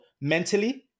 mentally